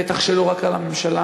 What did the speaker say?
בטח שלא רק על הממשלה,